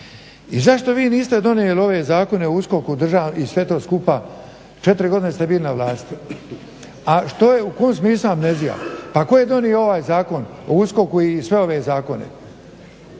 I zašto vi niste donijeli ove zakone o USKOK-u i sve to skupa, četiri godine ste bili na vlasti? A što, u kojem smislu amnezija? Pa tko je donio ovaj Zakon o USKOK-u i sve ove zakone?